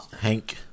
Hank